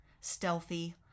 stealthy